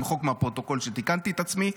למחוק מהפרוטוקול שתיקנתי את עצמי.